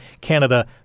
Canada